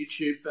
YouTube